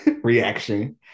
reaction